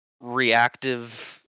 reactive